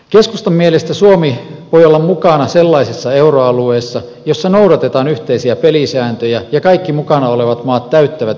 keskustan mielestä suomi voi olla mukana sellaisessa euroalueessa jossa noudatetaan yhteisiä pelisääntöjä ja kaikki mukana olevat maat täyttävät yhteisvaluutan vaatimukset